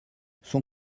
son